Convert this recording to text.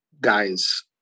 guys